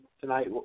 tonight